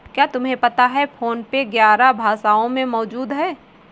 क्या तुम्हें पता है फोन पे ग्यारह भाषाओं में मौजूद है?